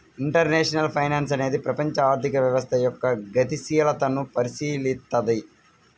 international finance అనేది ప్రపంచ ఆర్థిక వ్యవస్థ యొక్క గతిశీలతను పరిశీలిత్తది